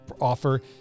offer